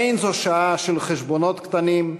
אין זו שעה של חשבונות קטנים,